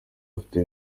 afite